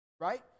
right